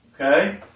okay